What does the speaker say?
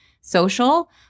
social